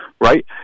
right